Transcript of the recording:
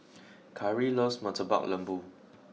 Kyree loves Murtabak Lembu